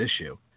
issue